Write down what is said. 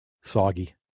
soggy